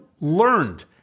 learned